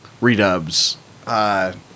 redubs